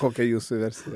kokia jūsų versija